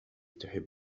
تحب